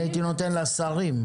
אני הייתי נותן לשרים,